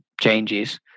changes